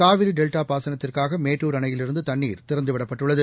காவிரிடெல்டாபாசனத்துக்காகமேட்டூர் அணையிலிருந்துதண்ணீர் திறந்துவிடப்பட்டுள்ளது